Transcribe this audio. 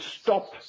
stop